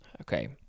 okay